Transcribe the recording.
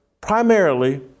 primarily